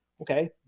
Okay